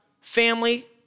family